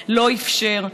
אי-אפשר.